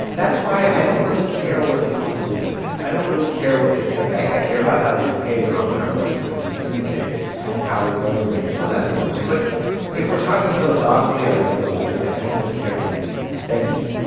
that's why i don't really care what people believe. i don't really care what they think. i care about how they behave. and often, our beliefs and indicate how we're going to behave, so that's important. but if we're talking philosophically or ideologically, i don't really care what you think.